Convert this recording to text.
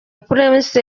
prince